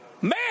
Man